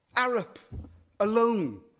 arup alone,